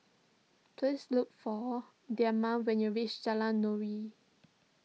please look for Dema when you reach Jalan Nuri